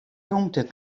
rûmte